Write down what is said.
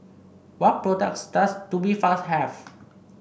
what products does Tubifast have